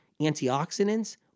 antioxidants